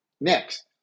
Next